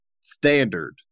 standard